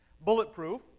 Bulletproof